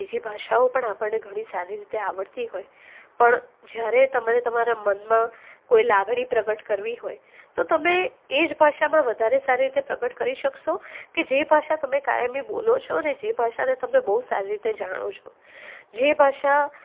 બીજી ભાષાઓ પણ આપણને ઘણી બધી સારી રીતે આવડતી હોય પણ જ્યારે તમે તમારા મનમાં કોઈ લાગણી પ્રગટ કરવી હોય તો તમે એ જ ભાષામાં વધારે સારી રીતે પ્રગટ કરી શકશો કે જે ભાષા તમે કાયમી બોલો છો અને જે ભાષા તમે બહુ સારી રીતે જાણો છો જે ભાષા